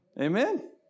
amen